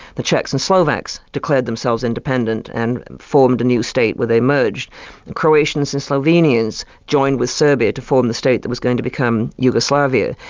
the czechs and slovaks declared themselves independent and formed a new state, where they merged. the croatians and slovenians joined with serbia to form the state that was going to become yugoslavia.